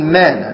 men